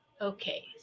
Okay